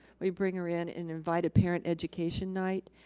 we bring her in and invite a parent education night.